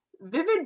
vivid